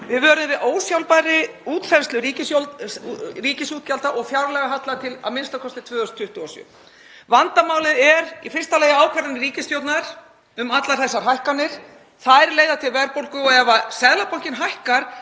Við vöruðum við ósjálfbærri útþenslu ríkisútgjalda og fjárlagahalla til a.m.k. 2027. Vandamálið er í fyrsta lagi ákvarðanir ríkisstjórnar um allar þessar hækkanir, þær leiða til verðbólgu og ef Seðlabankinn hækkar